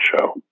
show